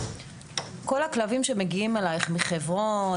כל הכלבים שמגיעים אלייך מחברון,